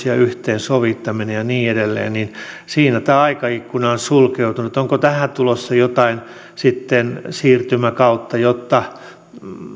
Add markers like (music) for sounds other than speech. (unintelligible) ja yhteensovittamisessa ja niin edelleen aikaikkuna on sulkeutunut onko tähän tulossa jotain siirtymäkautta jotta